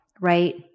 right